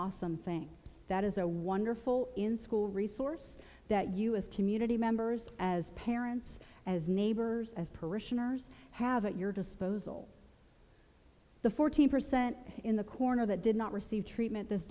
awesome thing that is a wonderful in school resource that you as community members as parents as neighbors as parishioners have at your disposal the fourteen percent in the corner that did not receive treatment this